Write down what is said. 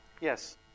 Yes